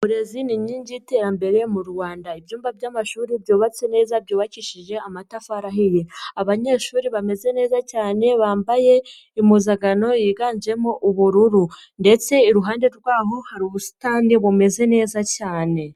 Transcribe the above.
Uburezi ni inkingi y'iterambere mu Rwanda, ibyumba by'amashuri byubatse neza, byubakishije amatafari ahiye, abanyeshuri bameze neza cyane bambaye impuzankano yiganjemo ubururu ndetse iruhande rwaho hari ubusitani bumeze neza cyane.